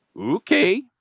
Okay